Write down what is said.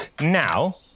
now